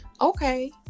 Okay